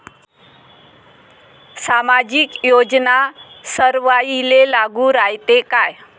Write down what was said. सामाजिक योजना सर्वाईले लागू रायते काय?